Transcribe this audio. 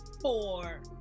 four